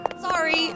Sorry